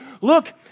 look